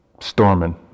storming